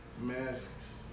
masks